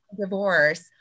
divorce